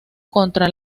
contra